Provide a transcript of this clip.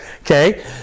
okay